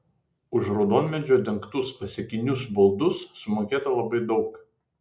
už raudonmedžiu dengtus klasikinius baldus sumokėta labai daug